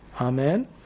Amen